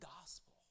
gospel